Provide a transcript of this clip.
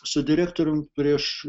su direktorium prieš